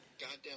goddamn